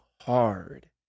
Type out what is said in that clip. hard